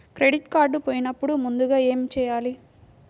Credit card పోయినపుడు ముందుగా ఏమి చేయాలి?